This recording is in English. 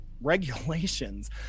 regulations